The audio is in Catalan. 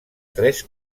tres